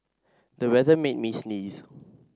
the weather made me sneeze